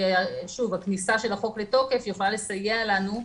כשהכניסה של החוק לתוקף יכולה לסייע לנו,